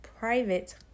private